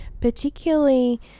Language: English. particularly